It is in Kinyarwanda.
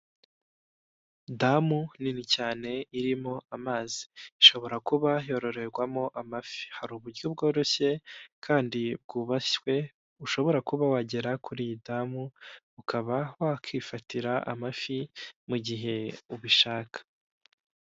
Damu nini cyane irimo amazi, ishobora kuba yororerwamo amafi, hari uburyo bworoshye kandi bwubashywe ushobora kuba wagera kuri iyi damu, ukaba wakifatira amafi mu gihe ubishaka.